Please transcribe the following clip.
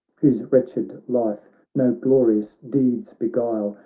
whose wretched life no glorious deeds beguile.